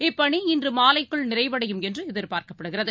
இப்பணி இன்றுமாலைக்குள் நிறைவடையும் என்றுஎதிர்பார்க்கப்படுகிறது